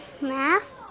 math